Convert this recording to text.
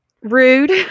Rude